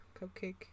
cupcake